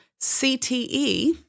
CTE